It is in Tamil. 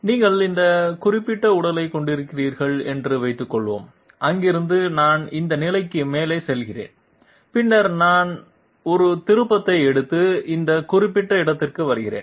நீங்கள் இந்த குறிப்பிட்ட உடலைக் கொண்டிருக்கிறீர்கள் என்று வைத்துக்கொள்வோம் இங்கிருந்து நான் இந்த நிலைக்கு மேலே செல்கிறேன் பின்னர் நான் ஒரு திருப்பத்தை எடுத்து இந்த குறிப்பிட்ட இடத்திற்கு வருகிறேன்